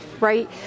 right